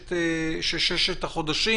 ששת החודשים.